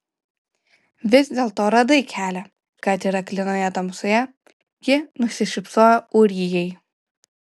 vis dėlto radai kelią kad ir aklinoje tamsoje ji nusišypsojo ūrijai